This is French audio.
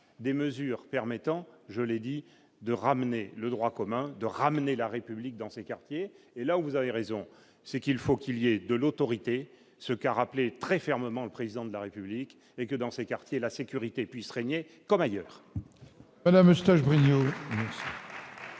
des mesures permettant, je l'ai dit de ramener le droit commun de ramener la République dans ces quartiers et là où vous avez raison, c'est qu'il faut qu'il y avait de l'autorité, ce qu'a rappelé très fermement le président de la République et que dans ces quartiers la sécurité puisse régner comme ailleurs.